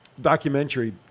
documentary